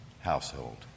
household